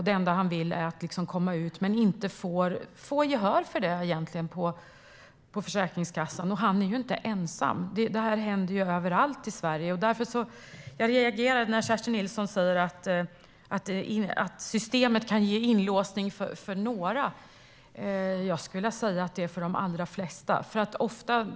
Det enda han vill är att komma ut, men får egentligen inte gehör för det från Försäkringskassan. Och han är ju inte ensam. Detta händer överallt i Sverige. Därför reagerade jag när Kerstin Nilsson sa att systemet kan ge inlåsning för några. Jag skulle vilja säga att det gäller de allra flesta.